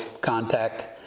contact